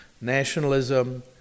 Nationalism